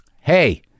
Hey